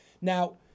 Now